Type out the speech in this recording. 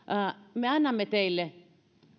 me annamme teille